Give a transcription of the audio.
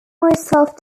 myself